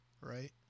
right